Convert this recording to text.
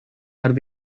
are